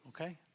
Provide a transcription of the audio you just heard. okay